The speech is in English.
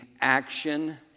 action